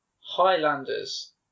Highlanders